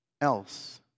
else